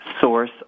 source